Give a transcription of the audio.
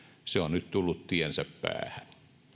se on nyt tullut tiensä päähän